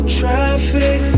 traffic